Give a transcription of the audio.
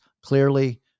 clearly